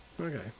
Okay